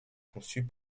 conçus